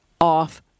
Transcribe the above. off